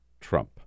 Trump